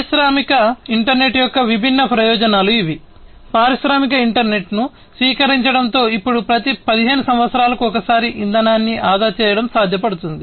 పారిశ్రామిక ఇంటర్నెట్ యొక్క విభిన్న ప్రయోజనాలు ఇవి పారిశ్రామిక ఇంటర్నెట్ను స్వీకరించడంతో ఇప్పుడు ప్రతి 15 సంవత్సరాలకు ఒకసారి ఇంధనాన్ని ఆదా చేయడం సాధ్యపడుతుంది